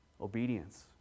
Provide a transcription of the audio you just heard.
obedience